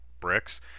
bricks